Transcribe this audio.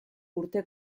urte